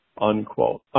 unquote